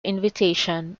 invitation